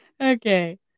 Okay